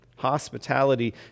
Hospitality